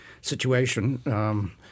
situation –